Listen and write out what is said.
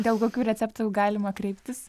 dėl kokių receptų jau galima kreiptis